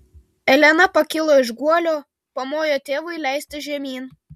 elena pakilo iš guolio pamojo tėvui leistis žemyn